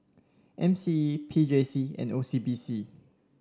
M C E P J C and O C B C